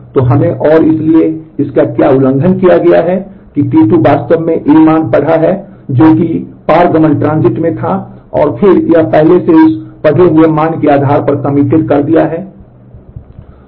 तो हमें और इसलिए इसका क्या उल्लंघन किया गया है कि T2 वास्तव में A मान पढ़ा है जो कि पारगमन में था और फिर यह पहले से ही उस पढ़ा मान के आधार पर कमिटेड कर दिया है